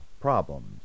problems